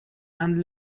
and